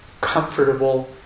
comfortable